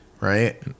right